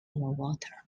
water